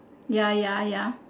ya ya ya